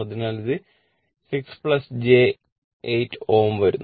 അതിനാൽ ഇത് 6 j 8 Ω വരുന്നു